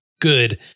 good